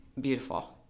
beautiful